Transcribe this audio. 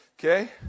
Okay